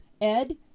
Ed